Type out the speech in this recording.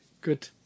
Good